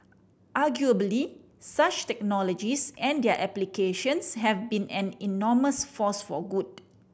arguably such technologies and their applications have been an enormous force for good